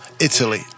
Italy